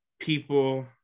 people